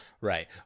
Right